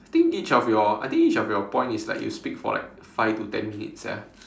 I think each of your I think each of your point is like you speak for like five to ten minutes sia